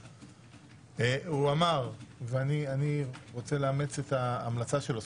הוא אמר, ואני רוצה לאמץ את ההמלצה שלו.